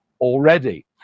already